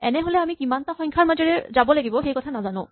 এনে হ'লে আমি কিমানটা সংখ্যাৰ মাজেৰে যাব লাগিব সেইকথা নাজানো